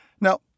Now